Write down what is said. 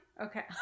Okay